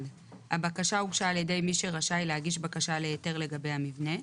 הבקשה הוגשה על ידי מי שרשאי להגיש בקשה להיתר לגבי המבנה.